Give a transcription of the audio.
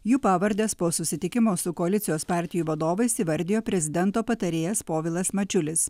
jų pavardes po susitikimo su koalicijos partijų vadovais įvardijo prezidento patarėjas povilas mačiulis